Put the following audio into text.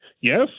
Yes